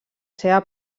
seva